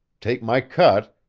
take my cut,